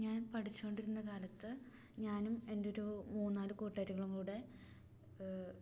ഞാൻ പഠിച്ചുകൊണ്ടിരുന്നകാലത്ത് ഞാനും എൻ്റെയൊരു മൂന്നുനാല് കൂട്ടുകാരികളും കൂടെ